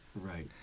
Right